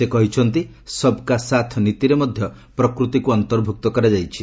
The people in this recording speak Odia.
ସେ କହିଛନ୍ତି ସବ୍ କା ସାଥ୍ ନୀତିରେ ମଧ୍ୟ ପ୍ରକୃତିକୁ ଅନ୍ତର୍ଭୁକ୍ତ କରାଯାଇଛି